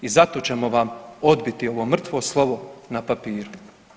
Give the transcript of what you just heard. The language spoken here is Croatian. I zato ćemo vam odbiti ovo mrtvo slovo na papiru.